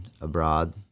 abroad